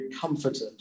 comforted